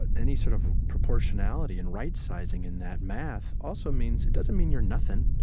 but any sort of proportionality and right-sizing in that math also means it doesn't mean you're nothing.